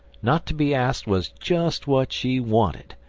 not to be asked was just what she wanted,